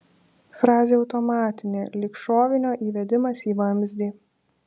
frazė automatinė lyg šovinio įvedimas į vamzdį